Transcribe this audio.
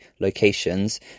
locations